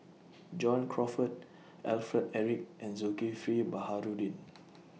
John Crawfurd Alfred Eric and Zulkifli Baharudin